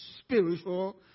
spiritual